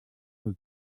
who